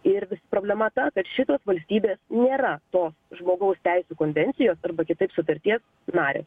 ir problema ta kad šitos valstybės nėra to žmogaus teisių konvencijos arba kitaip sutarties narės